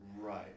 Right